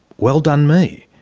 well done me.